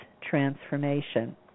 transformation